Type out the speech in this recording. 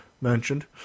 mentioned